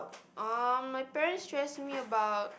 uh my parents stress me about